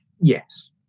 Yes